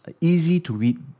easy-to-read